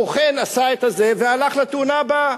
הבוחן עשה את זה, והלך לתאונה הבאה.